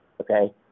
Okay